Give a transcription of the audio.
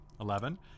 Eleven